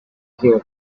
hear